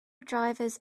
drivers